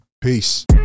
peace